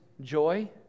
joy